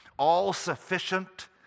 all-sufficient